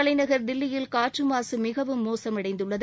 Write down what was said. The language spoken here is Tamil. தலைநகர் தில்லியில் காற்றுமாசு மிகவும் மோசமடைந்துள்ளது